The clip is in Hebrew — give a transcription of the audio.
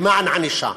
למען ענישה.